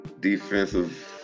defensive